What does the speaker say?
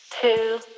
two